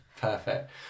perfect